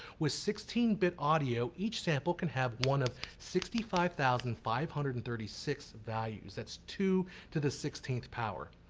with sixteen bit audio each sample can have one of sixty five thousand five hundred and thirty six values that's two to the sixteenth power.